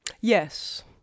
yes